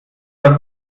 das